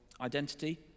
identity